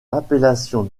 l’appellation